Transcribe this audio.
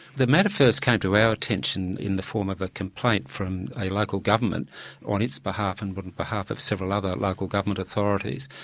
the matter first came to our attention in the form of a complaint from a local government on its behalf and on but behalf of several other local government authorities,